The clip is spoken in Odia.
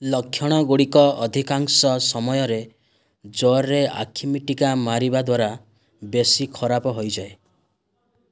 ଲକ୍ଷଣ ଗୁଡ଼ିକ ଅଧିକାଂଶ ସମୟରେ ଜୋରରେ ଆଖି ମିଟିକା ମାରିବା ଦ୍ୱାରା ବେଶୀ ଖରାପ ହୋଇଯାଏ